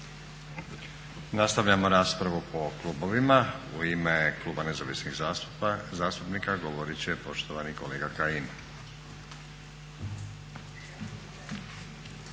Nastavljamo raspravu po klubovima. U ime Kluba Nezavisnih zastupnika govorit će poštovani kolega Kajin.